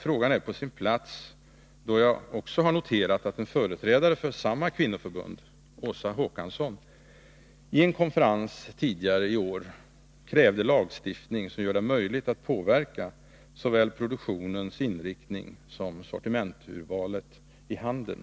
Frågan är på sin plats, då jag också noterat att en företrädare för samma kvinnoförbund, Åsa Håkansson, i en konferens tidigare i år krävde lagstiftning som gör det möjligt att påverka såväl produktionens inriktning som sortimenturvalet i handeln.